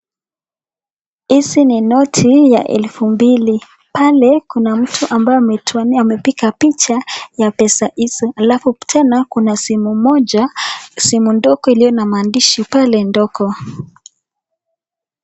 Hizi ni noti ya 2,000,pale kuna mtu ambaye amepiga picha ya pesa hizo, alafu tena kuna simu moja, simu ndogo iliyo na maandishi pale ndogo.